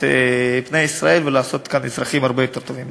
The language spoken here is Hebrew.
פני ישראל ולגדל כאן אזרחים הרבה יותר טובים.